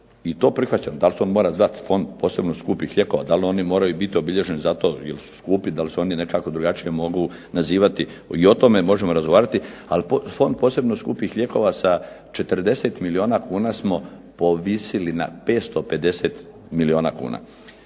i to prihvaćam da li se on mora zvati Fond posebno skupih lijekova, da li oni moraju biti obilježeni zato jer su skupi, da li se oni nekako drugačije mogu nazivati, i o tome možemo razgovarati, ali Fond posebno skupih lijekova sa 40 milijuna kuna smo povisili na 550 milijuna kuna.